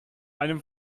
einem